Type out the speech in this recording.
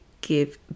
give